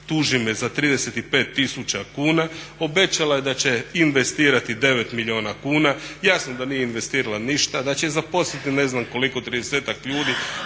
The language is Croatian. tuži me za 35000 kuna, obećala je da će investirati 9 milijuna kuna, jasno da nije investirala ništa, da će zaposliti ne znam koliko, 30-ak ljudi,